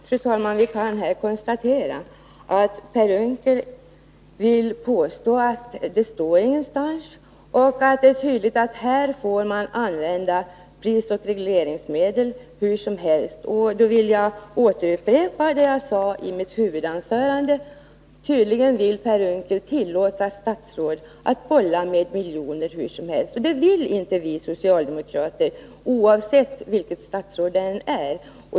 Fru talman! Vi kan konstatera att Per Unckel vill påstå att det inte står någonstans och att man tydligen får använda prisregleringsmedlen hur som helst. Då vill jag upprepa vad jag sade i mitt huvudanförande: Tydligen vill Per Unckel tillåta statsråd att bolla med miljoner hur som helst. Men det vill inte vi socialdemokrater, oavsett vilket statsråd det gäller.